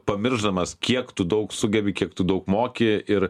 pamiršdamas kiek tu daug sugebi kiek tu daug moki ir